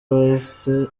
bose